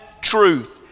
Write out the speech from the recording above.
truth